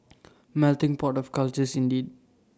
melting pot of cultures indeed